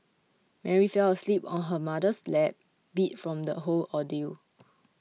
Mary fell asleep on her mother's lap beat from the whole ordeal